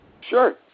Sure